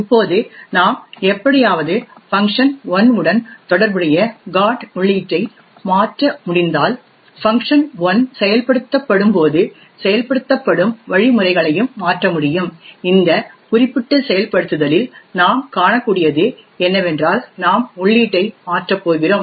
இப்போது நாம் எப்படியாவது fun1 உடன் தொடர்புடைய GOT உள்ளீட்டை மாற்ற முடிந்தால் fun1 செயல்படுத்தப்படும்போது செயல்படுத்தப்படும் வழிமுறைகளையும் மாற்ற முடியும் இந்த குறிப்பிட்ட செயல்படுத்துதலில் நாம் காணக்கூடியது என்னவென்றால் நாம் உள்ளீட்டை மாற்றப் போகிறோம்